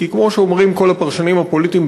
כי כמו שאומרים כל הפרשנים הפוליטיים,